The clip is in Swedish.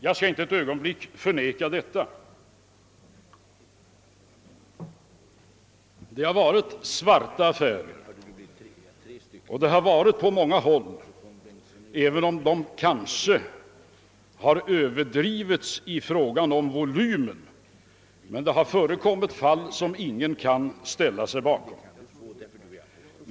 Jag skall inte ett ögonblick förneka att det har förekommit svarta affärer och att det på många håll även om de kanske har överdrivits i fråga om volymen — har funnits fall, som ingen kan ställa sig bakom.